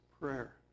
prayer